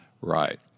right